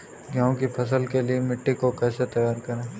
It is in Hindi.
गेहूँ की फसल के लिए मिट्टी को कैसे तैयार करें?